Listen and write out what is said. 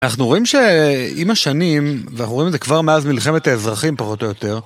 אנחנו רואים שעם השנים, ואנחנו רואים את זה כבר מאז מלחמת האזרחים פחות או יותר